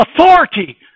Authority